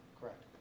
Correct